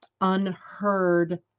unheard